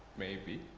maybe.